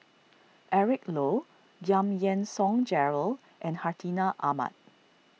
Eric Low Giam Yean Song Gerald and Hartinah Ahmad